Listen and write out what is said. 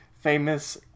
famous